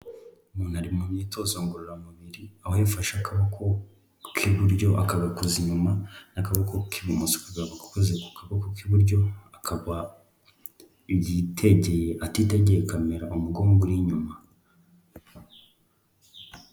Umuntu ari mu myitozo ngororamubiri, aba yafashe akaboko k'iburyo akagakoza inyuma, n'akaboko k'ibumoso akagakoza ku kaboko k'iburyo akagwa atitegeye kamera, umugongo uri inyuma.